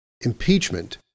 impeachment